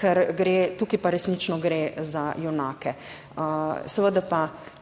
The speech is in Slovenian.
ker gre tukaj pa resnično gre za junake. Seveda pa